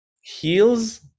heals